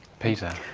peter.